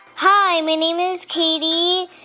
hi, my name is katie,